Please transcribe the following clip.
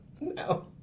No